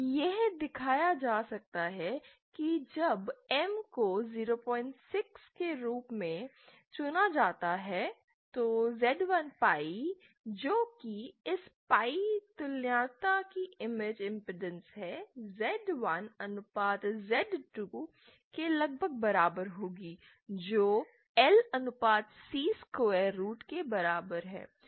यह दिखाया जा सकता है कि जब M को 06 के रूप में चुना जाता है तो ZI पाई जो कि इस पाई तुल्यता की इमेज इमपेडेंस है Z1 अनुपात Z2 के लगभग बराबर होगी जो L अनुपात C स्क्वायर रूट के बराबर है